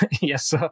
Yes